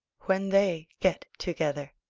when they get together.